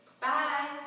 Bye